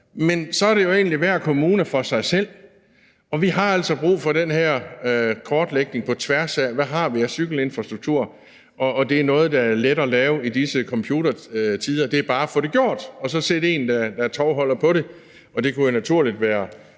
men så er det jo egentlig hver kommune for sig selv, og vi har altså brug for den her kortlægning på tværs af landet, i forhold til hvad vi har af cykelinfrastruktur. Og det er noget, der er let at lave i disse computertider. Det er bare at få det gjort og så sætte en til at være tovholder på det, og det ville være naturligt,